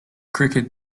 cricket